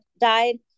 died